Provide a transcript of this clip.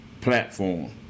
platform